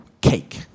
cake